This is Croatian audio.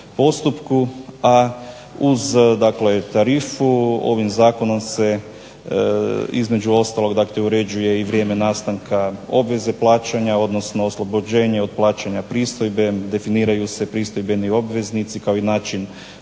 postupku a uz tarifu ovim Zakonom se između ostalog uređuje vrijeme nastanka obveze plaćanja odnosno oslobođenje od plaćanja pristojbe, definiraju se pristojbeni obveznici kao i način